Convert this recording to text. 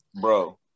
bro